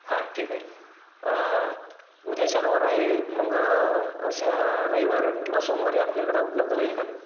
हां ठीक आहे उद्या शनिवार आहे मग असं रविवार किंवा सोमवारी आपल्याकडं उपलब्ध होईल का